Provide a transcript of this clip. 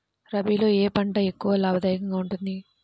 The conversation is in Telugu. రబీలో ఏ పంట ఎక్కువ లాభదాయకంగా ఉంటుంది?